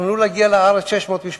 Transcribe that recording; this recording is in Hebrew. תכננו להגיע לארץ 600 משפחות,